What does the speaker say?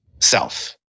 self